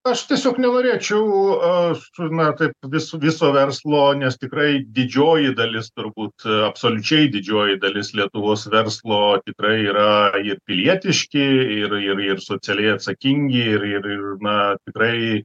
aš tiesiog nenorėčiau a šurna taip vis viso verslo nes tikrai didžioji dalis turbūt absoliučiai didžioji dalis lietuvos verslo tikrai yra jie pilietiški ir ir ir socialiai atsakingi ir ir ir na tikrai